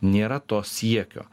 nėra to siekio